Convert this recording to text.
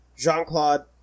Jean-Claude